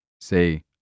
Say